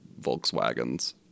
Volkswagen's